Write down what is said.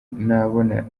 nabona